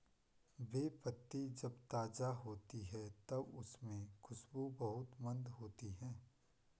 बे पत्ती जब ताज़ा होती है तब उसमे खुशबू बहुत मंद होती है